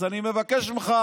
אז אני מבקש ממך,